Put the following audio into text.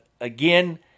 again